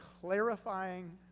clarifying